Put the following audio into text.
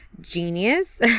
genius